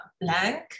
blank